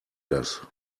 das